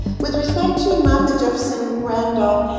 with respect to martha jefferson randolph,